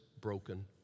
broken